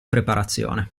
preparazione